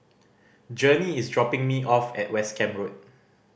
Journey is dropping me off at West Camp Road